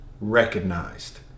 recognized